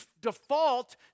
default